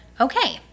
Okay